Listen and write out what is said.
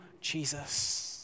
Jesus